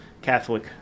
catholic